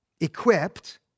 equipped